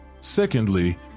Secondly